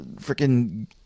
freaking